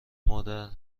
مدرن